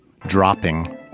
dropping